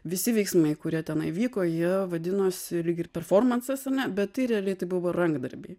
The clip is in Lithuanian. visi veiksmai kurie tenai vyko jie vadinosi lyg ir performansas ane bet tai realiai tai buvo rankdarbiai